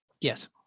yes